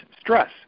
stress